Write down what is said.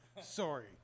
sorry